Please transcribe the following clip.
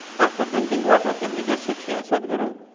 after drinking water can we just sit here? sadhguru